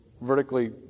vertically